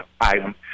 item